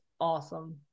awesome